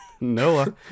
Noah